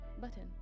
Button